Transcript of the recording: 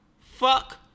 Fuck